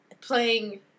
Playing